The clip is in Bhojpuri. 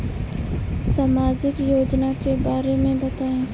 सामाजिक योजना के बारे में बताईं?